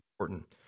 important